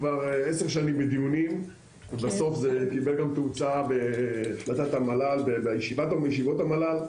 כבר עשר שנים שותפים לדיונים ובסוף זה קיבל גם תאוצה בישיבות המל"ל.